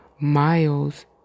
Miles